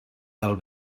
del